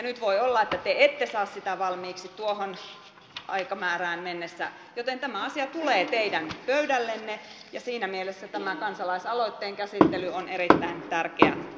nyt voi olla että te ette saa sitä valmiiksi tuohon aikamäärään mennessä joten tämä asia tulee teidän pöydällenne ja siinä mielessä tämä kansalaisaloitteen käsittely on erittäin tärkeä kysymys